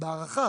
בהערכה,